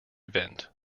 event